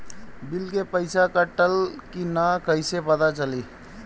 Bill के पइसा कटल कि न कइसे पता चलि?